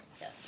Yes